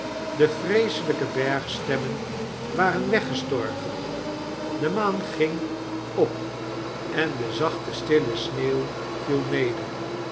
de vreeselyke bergstemmen waren wegestorven de maan ging op en de zachte stille sneeuw viel neder